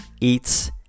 eats